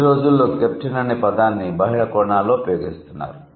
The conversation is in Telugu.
ఈ రోజుల్లో కెప్టెన్ అనే పదాన్ని బహుళ కోణాలలో ఉపయోగిస్తున్నారు